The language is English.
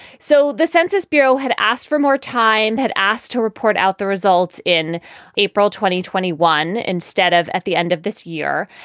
so the census bureau had asked for more time, had asked to report out the results in april twenty twenty one instead of at the end of this year.